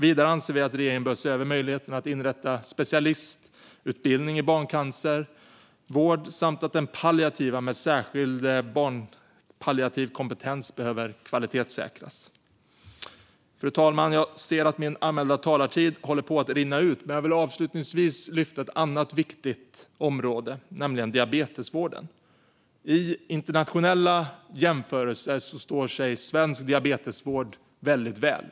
Vidare anser vi att regeringen bör se över möjligheterna att inrätta specialistutbildning i barncancervård samt att den palliativa vården med särskilt barnpalliativ kompetens behöver kvalitetssäkras. Fru talman! Jag ser att min anmälda talartid håller på att rinna ut, men jag vill avslutningsvis lyfta fram ett annat viktigt område, nämligen diabetesvården. I internationella jämförelser står sig svensk diabetesvård väldigt väl.